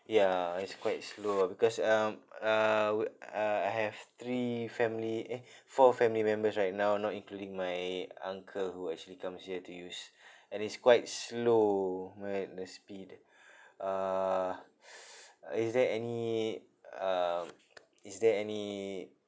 ya it's quite slow ah because um uh wi~ uh I have three family eh four family members right now not including my uncle who actually comes here to use and it's quite slow right the speed uh uh is there any um is there any